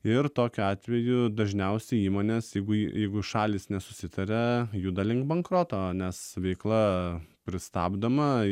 ir tokiu atveju dažniausiai įmonės jeigu jeigu šalys nesusitaria juda link bankroto nes veikla pristabdoma